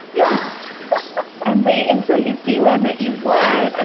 yeah and wait until you see one that you want, and